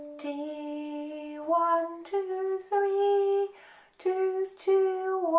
d one two three two two